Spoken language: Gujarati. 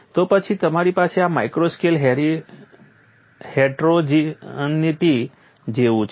તો પછી તમારી પાસે આ માઇક્રો સ્કેલ હેટરોજનીટી જેવુ છે